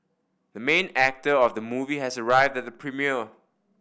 the main actor of the movie has arrived at the premiere